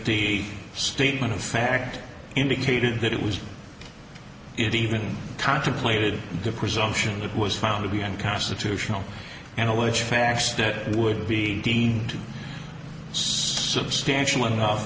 the statement of fact indicated that it was it even contemplated the presumption that was found to be unconstitutional and always facts that would be substantial enough